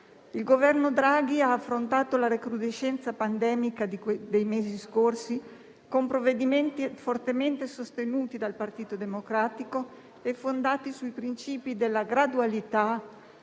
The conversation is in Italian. Il Governo Draghi ha affrontato la recrudescenza pandemica dei mesi scorsi con provvedimenti fortemente sostenuti dal Partito Democratico e fondati sui principi della gradualità,